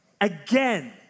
again